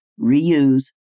reuse